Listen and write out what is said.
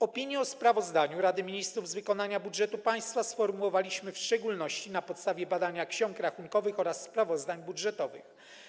Opinię o sprawozdaniu Rady Ministrów z wykonania budżetu państwa sformułowaliśmy w szczególności na podstawie badania ksiąg rachunkowych oraz sprawozdań budżetowych.